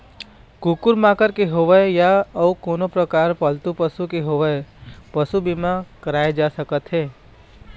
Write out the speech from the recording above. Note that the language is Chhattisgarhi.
कुकुर माकर के होवय या अउ कोनो परकार पालतू पशु के होवय पसू बीमा कराए जा सकत हे